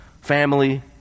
family